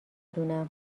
دونم